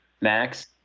Max